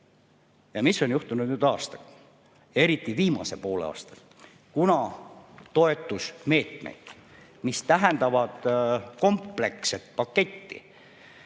Mis on juhtunud nüüd aastaga, eriti viimase poole aastaga? Toetusmeetmed tähendavad kompleksset paketti